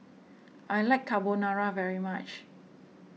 I like Carbonara very much